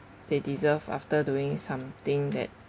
they deserve after doing something that